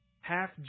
Half